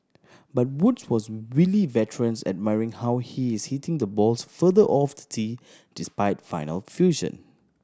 but Woods was wily veterans admiring how he is hitting the balls further off the tee despite final fusion